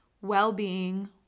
well-being